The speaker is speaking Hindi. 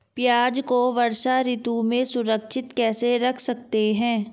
प्याज़ को वर्षा ऋतु में सुरक्षित कैसे रख सकते हैं?